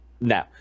no